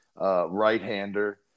right-hander